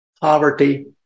Poverty